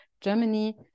Germany